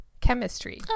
chemistry